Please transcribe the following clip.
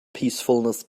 peacefulness